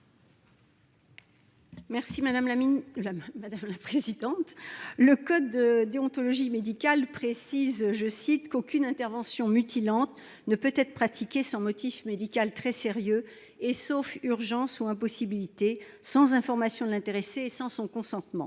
termes du code de déontologie médicale, « aucune intervention mutilante ne peut être pratiquée sans motif médical très sérieux et, sauf urgence ou impossibilité, sans information de l'intéressé et sans son consentement